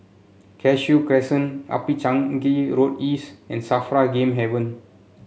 Cashew Crescent Upper Changi Road East and Safra Game Haven